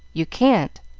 you can't.